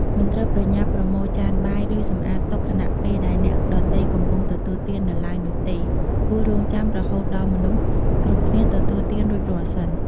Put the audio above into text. មិនត្រូវប្រញាប់ប្រមូលចានបាយឬសម្អាតតុខណៈពេលដែលអ្នកដទៃកំពុងទទួលទាននៅឡើយនោះទេគួររង់ចាំរហូតដល់មនុស្សគ្រប់គ្នាទទួលទានរួចរាល់សិន។